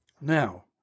Now